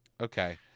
Okay